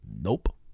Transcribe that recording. Nope